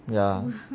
ya